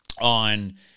on